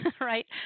right